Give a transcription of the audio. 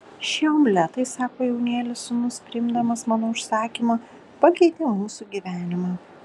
šie omletai sako jaunėlis sūnus priimdamas mano užsakymą pakeitė mūsų gyvenimą